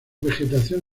vegetación